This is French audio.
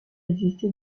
existé